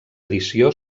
edició